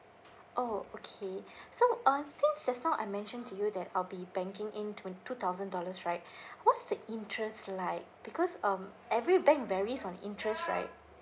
oh okay so um since just now I mentioned to you that I'll be banking in twen~ two thousand dollars right what's the interest like because um every bank varies on interest right